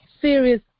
serious